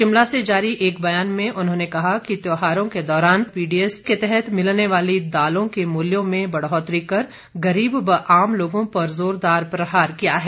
शिमला से जारी एक बयान में उन्होंने कहा कि त्यौहारों के दौरान पीडीएस के तहत मिलने वाली दालों के मूल्यों में बढ़ोतरी कर गरीब व आम लोगों पर जोरदार प्रहार किया है